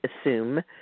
assume